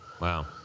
wow